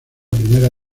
primera